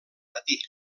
matí